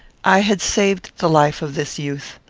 i had saved the life of this youth.